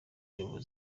uyoboye